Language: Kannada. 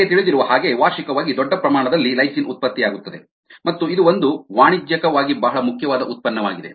ನಿಮಗೆ ತಿಳಿದಿರುವ ಹಾಗೆ ವಾರ್ಷಿಕವಾಗಿ ದೊಡ್ಡ ಪ್ರಮಾಣದಲ್ಲಿ ಲೈಸಿನ್ ಉತ್ಪತ್ತಿಯಾಗುತ್ತದೆ ಮತ್ತು ಇದು ಒಂದು ವಾಣಿಜ್ಯಿಕವಾಗಿ ಬಹಳ ಮುಖ್ಯವಾದ ಉತ್ಪನ್ನವಾಗಿದೆ